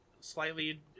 slightly